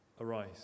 arise